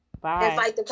Bye